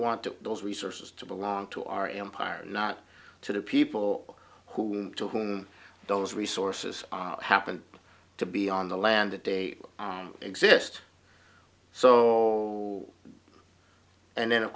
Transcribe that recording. to those resources to belong to our empire not to the people who to whom those resources happen to be on the land that they exist so and then of